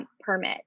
permit